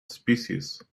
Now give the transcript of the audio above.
species